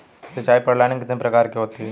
सिंचाई प्रणाली कितने प्रकार की होती हैं?